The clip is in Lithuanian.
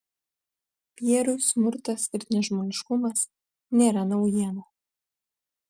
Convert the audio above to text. pierui smurtas ir nežmoniškumas nėra naujiena